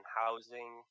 housing